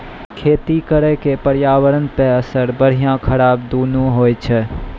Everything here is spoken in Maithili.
खेती करे के पर्यावरणो पे असर बढ़िया खराब दुनू होय छै